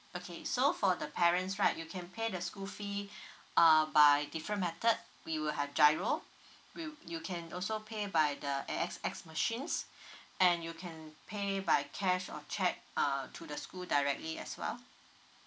okay so for the parents right you can pay the school fee uh by different method we will have GIRO we you can also pay by the A_X_S machines and you can pay by cash or cheque uh to the school directly as well